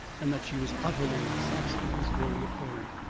and that she was utterly exhausted was very apparent.